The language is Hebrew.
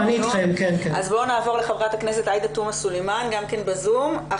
נעבור לח"כ עאידה תומא סלימאן בזום.